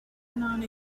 not